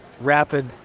rapid